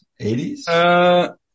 80s